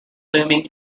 blooming